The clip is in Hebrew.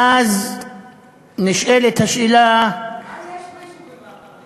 ואז נשאלת השאלה, מה יש ביישובים הערביים?